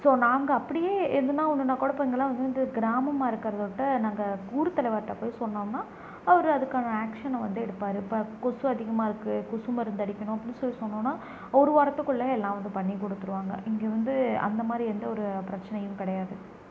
so நாங்கள் அப்படியே எதும்னா ஒன்னுனா கூட இப்போ இதுலாம் வந்து கிராமமாக இருக்கிறதவுட்டு நாங்கள் ஊர் தலைவர்கிட்ட போய் சொன்னோம்னால் அவரு அதுக்கான ஆக்ஷனை வந்து எடுப்பார் இப்போ கொசு அதிகமாக இருக்குது கொசு மருந்து அடிக்கணும் அப்டின்னு சொல்லி சொன்னோன்னால் ஒரு வாரத்துக்குள்ளே எல்லாம் வந்து பண்ணி கொடுத்துருவாங்க இங்க வந்து அந்த மாதிரி எந்த ஒரு பிரச்சனையும் கிடையாது